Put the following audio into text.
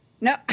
No